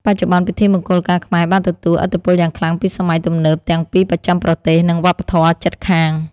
បច្ចុប្បន្ន ពិធីមង្គលការខ្មែរបានទទួល ឥទ្ធិពលយ៉ាងខ្លាំងពីសម័យទំនើប ទាំងពីបស្ចិមប្រទេស និងវប្បធម៌ជិតខាង ។